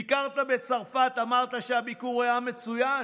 ביקרת בצרפת, אמרת שהביקור היה מצוין,